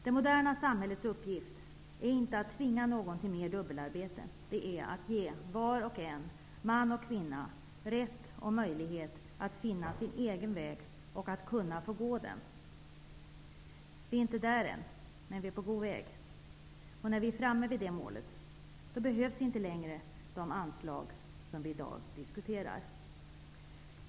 Det moderna samhällets uppgift är inte att tvinga någon till mera dubbelarbete, utan att ge var och en, man och kvinna, rätt och möjlighet att finna sin egen väg och att kunna få gå den. Vi är inte där än, men vi är på god väg. När vi är framme vid det målet behövs inte längre de anslag som vi i dag diskuterar.